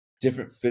different